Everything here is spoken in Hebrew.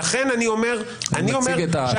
אני מציג את המשפט הנוהג.